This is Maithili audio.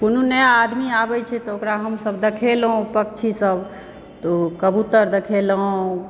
कोनो नइँ आदमी आबै छै तऽओकरा हमसब देखेलौं पक्षी सब तऽ ऊ कबूतर देखेलौं